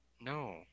No